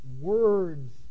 words